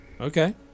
Okay